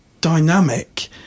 dynamic